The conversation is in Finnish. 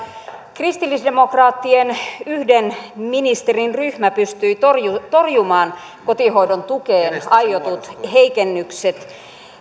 kristillisdemokraattien yhden ministerin ryhmä pystyi torjumaan torjumaan kotihoidon tukeen aiotut heikennykset